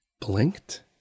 blinked